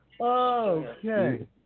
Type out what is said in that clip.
Okay